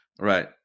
Right